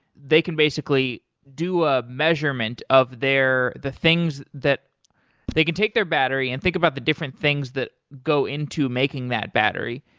they can basically do a measurement of the things that they can take their battery and think about the different things that go into making that battery,